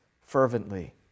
fervently